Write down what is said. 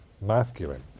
masculine